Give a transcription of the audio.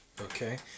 Okay